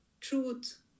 truth